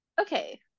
okay